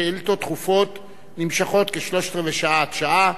שאילתות דחופות נמשכות כשלושת-רבעי שעה עד שעה.